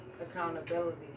Accountability